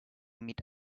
meet